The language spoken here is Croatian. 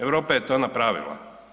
Europa je to napravila.